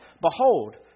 behold